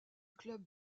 club